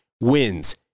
wins